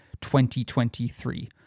2023